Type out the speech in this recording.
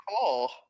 cool